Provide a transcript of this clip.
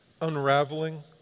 unraveling